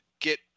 get